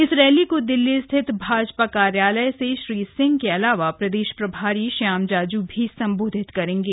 इस रैली को दिल्ली स्थित भाजपा कार्यालय से श्री सिंह के अलावा प्रदेश प्रभारी श्याम जाजू भी सम्बोधित करेगें